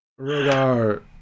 Rogar